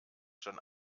schon